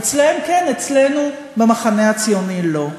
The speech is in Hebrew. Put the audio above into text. אצלם כן, אצלנו במחנה הציוני לא.